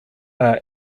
are